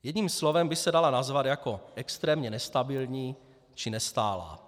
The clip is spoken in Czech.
Jedním slovem by se dala nazvat jako extrémně nestabilní či nestálá.